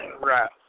Right